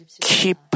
keep